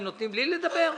הם נותנים לי לדבר?